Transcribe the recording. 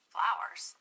Flowers